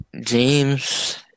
James